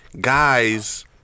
guys